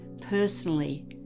personally